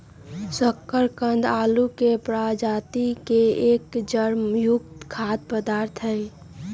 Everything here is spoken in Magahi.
शकरकंद आलू के प्रजाति के एक जड़ युक्त खाद्य पदार्थ हई